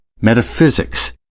Metaphysics